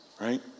right